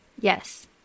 yes